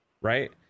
right